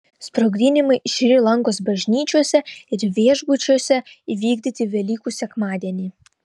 sprogdinimai šri lankos bažnyčiose ir viešbučiuose įvykdyti velykų sekmadienį